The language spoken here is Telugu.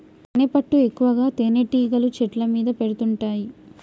తేనెపట్టు ఎక్కువగా తేనెటీగలు చెట్ల మీద పెడుతుంటాయి